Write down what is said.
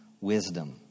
wisdom